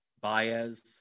Baez